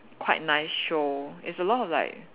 quite nice show it's a lot of like